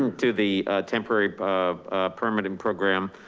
um to the temporary permitting program.